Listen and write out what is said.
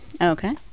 Okay